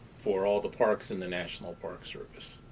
for all the parks in the national park service.